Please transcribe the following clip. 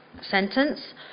sentence